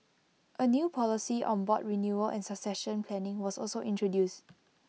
A new policy on board renewal and succession planning was also introduced